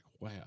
wow